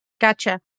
Gotcha